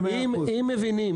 אם מבינים,